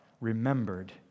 remembered